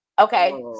okay